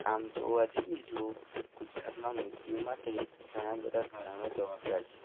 આમ જોવા જઈએ તો ગુજરાતમાં મૃત્યુ માટે ઘણાં બધા કારણો જવાબદાર છે